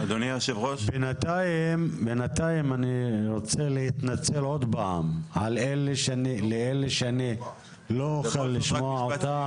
בינתיים אני רוצה להתנצל עוד פעם לאלה שאני לא אוכל לשמוע אותם.